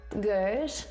good